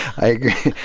i agree.